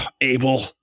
Abel